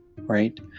right